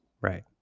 Right